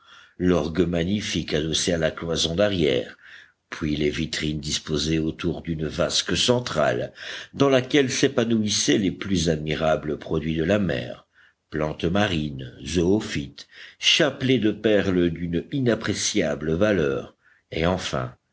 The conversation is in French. l'orgue magnifique adossé à la cloison d'arrière puis les vitrines disposées autour d'une vasque centrale dans laquelle s'épanouissaient les plus admirables produits de la mer plantes marines zoophytes chapelets de perles d'une inappréciable valeur et enfin